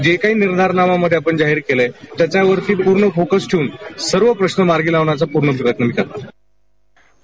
जे काही निर्धारनाम्यामध्ये आपण जाहीर केलं आहे त्यावरती पूर्ण फोकस ठेवून सर्व प्रश्न मार्गी लावण्याचा पूर्ण प्रयत्न करीन